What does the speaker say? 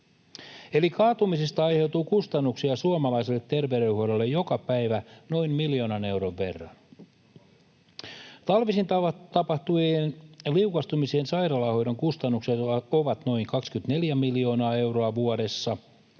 Eli kaatumisista aiheutuu kustannuksia suomalaiselle terveydenhuollolle joka päivä noin miljoonan euron verran. Talvisin tapahtuvien liukastumisien sairaalahoidon kustannukset ovat noin 24 miljoonaa euroa vuodessa,